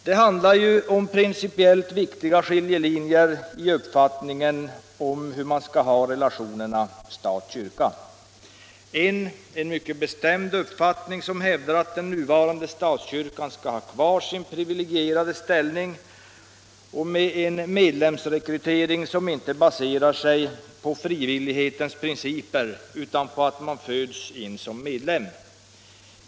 Det handlar ju om principiellt viktiga skiljelinjer i uppfattningen av relationerna stat-kyrka. En, mycket bestämd, uppfattning hävdar att den nuvarande statskyrkan skall ha kvar sin privilegierade ställning med en medlemsrekrytering som inte baserar sig på frivillighetens principer utan på att man föds in som medlem.